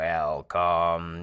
Welcome